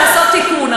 לעשות תיקון.